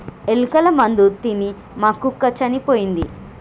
ఎలుకల మందు తిని మా కుక్క చనిపోయింది